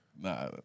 Nah